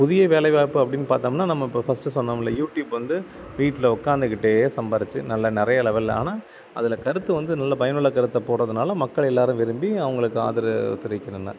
புதிய வேலை வாய்ப்பு அப்படின்னு பார்த்தமுன்னா நம்ம இப்போ ஃபஸ்ட்டு சொன்னோம்முல்ல யூடியூப் வந்து வீட்டில் உட்காந்துகிட்டே சம்பாதிச்சி நல்ல நிறையா லெவலில் ஆனால் அதில் கருத்து வந்து நல்ல பயனுள்ள கருத்தை போடுறதுனால மக்கள் எல்லோரும் விரும்பி அவங்களுக்கு ஆதரவு தெரிவிக்கின்றனர்